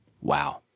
Wow